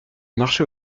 marché